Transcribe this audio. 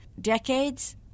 decades